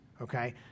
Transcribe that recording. okay